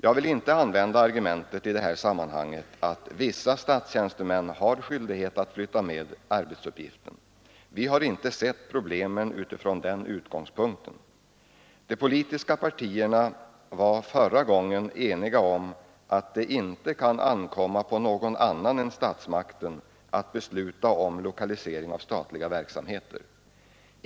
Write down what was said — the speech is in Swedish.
I detta sammanhang vill jag inte använda argumentet att vissa statstjänstemän har skyldighet att flytta med arbetsuppgiften. Vi har inte sett problemen från den utgångspunkten. De politiska partierna var förra gången eniga om att det inte kan ankomma på någon annan än statsmakten att besluta om lokalisering av statliga verksamheter.